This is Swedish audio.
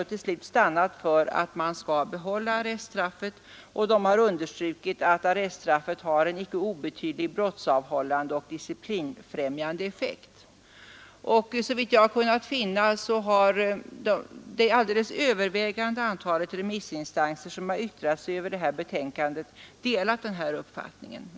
Till slut stannade kommittén för att behålla arreststraffet och underströk att det har en icke obetydlig brottsavhållande och disciplinfrämjande effekt. Såvitt jag kunnat finna har det alldeles övervägande antalet remissinstanser som yttrat sig över detta betänkande delat den här uppfattningen.